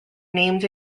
named